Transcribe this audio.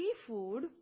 seafood